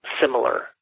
similar